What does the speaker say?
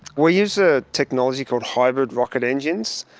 we use a technology called hybrid rocket engines,